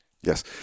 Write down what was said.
Yes